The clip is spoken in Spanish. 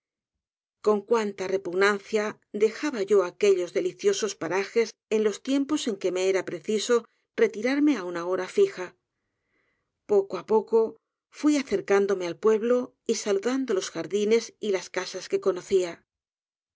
con cuánta repugnancia dejaba yo aquellos deliciosos parajes en los tiempos en que rae era preciso retinarme á una horajiija poco á poco fui acercándome al pueblo y saludando los jardines y las casas que conocía